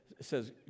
says